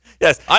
Yes